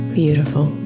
beautiful